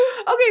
Okay